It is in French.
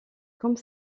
comme